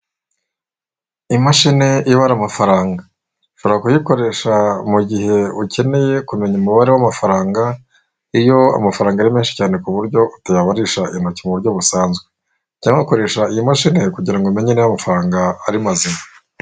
Imashini ibara amafaranga, ushobora kuyikoresha mugihe ukeneye kumenya umubare w'amafaranga iyo amafaranga ari menshi cyane ku buryo utayabarisha intoki mu buryo busanzwe, cyangwa ugakoresha iyo mashine kugira ngo umenye niba amafaranga yawe ari mazima.